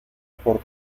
por